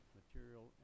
material